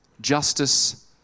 justice